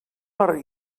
per